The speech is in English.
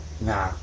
Nah